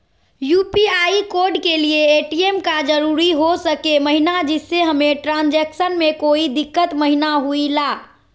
UPI code के लिए ATM का जरूरी हो सके महिना जिससे हमें ट्रांजैक्शन में कोई दिक्कत महिना हुई ला?